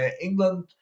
England